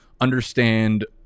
understand